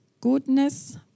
goodness